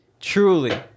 truly